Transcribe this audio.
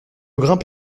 grimpe